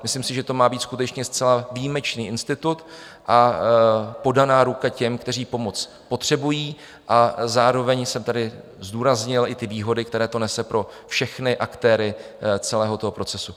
Myslím si, že to má být skutečně zcela výjimečný institut a podaná ruka těm, kteří pomoc potřebují a zároveň jsem tedy zdůraznil i ty výhody, které to nese pro všechny aktéry celého toho procesu.